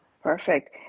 Perfect